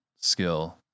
skill